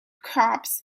cops